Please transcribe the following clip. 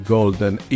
Golden